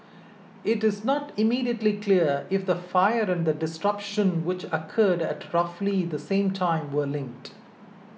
it is not immediately clear if the fire and the disruption which occurred at roughly the same time were linked